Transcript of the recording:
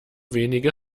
wenige